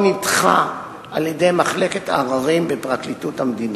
נדחה על-ידי מחלקת העררים בפרקליטות המדינה.